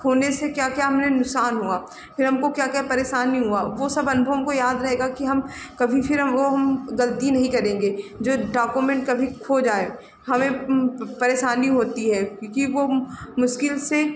खोने से क्या क्या हमें नुकसान हुआ फिर हमको क्या क्या परेशानी हुई वह सब अनुभव हमको याद रहेगा कि हम कभी फिर वह हम गलती नहीं करेंगे जब डॉक्यूमेन्ट कभी खो जाए हमें परेशानी होती है कि वह मुश्किल से